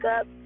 up